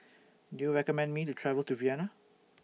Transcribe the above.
Do YOU recommend Me to travel to Vienna